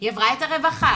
היא עברה את הרווחה,